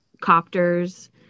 copters